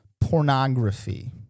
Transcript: pornography